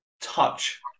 touch